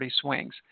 swings